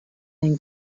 den